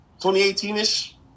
2018-ish